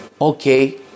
okay